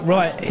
Right